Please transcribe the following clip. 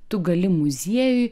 tu gali muziejuj